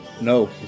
No